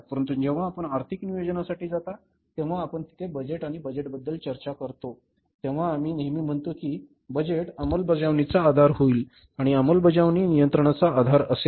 परंतु जेव्हा आपण आर्थिक नियोजनासाठी जाता तेव्हा आपण तेथे बजेट आणि बजेटबद्दल चर्चा करता तेव्हा आम्ही नेहमी म्हणतो की बजेट अंमलबजावणीचा आधार होईल आणि अंमलबजावणी नियंत्रणाचा आधार असेल